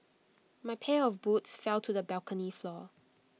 my pair of boots fell to the balcony floor